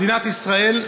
במדינת ישראל,